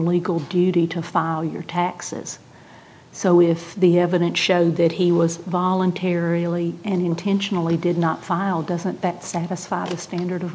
legal duty to file your taxes so if the evidence showed that he was voluntary early and intentionally did not file doesn't that satisfy the standard of